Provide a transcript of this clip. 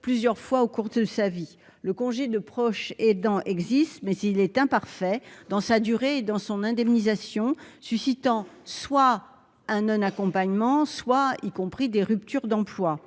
plusieurs fois au cours de sa vie, le congé de proche aidant existe mais il est imparfait dans sa durée dans son indemnisation, suscitant soit un un accompagnement soit, y compris des ruptures d'emploi,